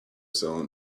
selling